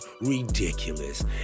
ridiculous